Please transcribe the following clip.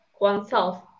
oneself